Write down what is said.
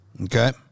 Okay